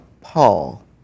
Paul